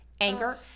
anger-